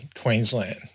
Queensland